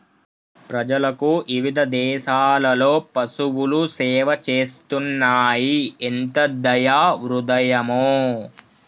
ప్రజలకు ఇవిధ దేసాలలో పసువులు సేవ చేస్తున్నాయి ఎంత దయా హృదయమో